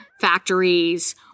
factories